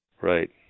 Right